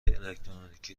الکترونیکی